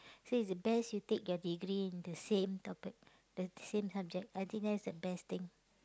so is best you take your degree in the same topic the same subject I think that's the best thing